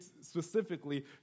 specifically